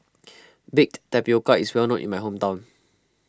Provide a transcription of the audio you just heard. Baked Tapioca is well known in my hometown